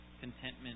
Contentment